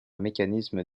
mécanisme